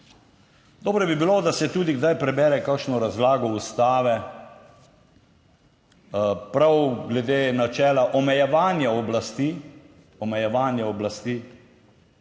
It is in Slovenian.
Dobro bi bilo, da se tudi kdaj prebere kakšno razlago Ustave prav glede načela omejevanja oblasti, omejevanja oblasti